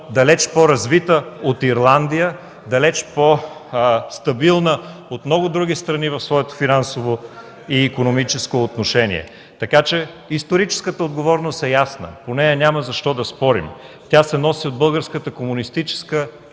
далеч по-развита от Ирландия, далеч по-стабилна от много други страни в своето финансово и икономическо отношение. (Реплики.) Историческата отговорност е ясна и по нея няма защо да спорим. Тя се носи от Българската комунистическа,